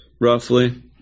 roughly